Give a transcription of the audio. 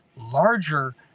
larger